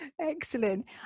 Excellent